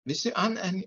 visi an en